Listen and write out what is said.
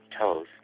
toes